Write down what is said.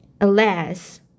alas